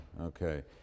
Okay